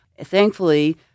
Thankfully